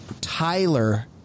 Tyler